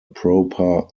proper